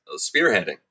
spearheading